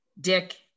Dick